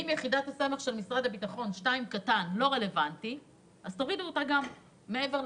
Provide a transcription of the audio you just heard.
אם יחידת הסמך של משרד הביטחון אינה רלוונטית אז תורידו אותה מהרשימה.